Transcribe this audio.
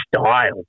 style